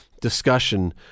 discussion